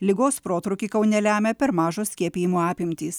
ligos protrūkį kaune lemia per mažos skiepijimo apimtys